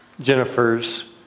Jennifer's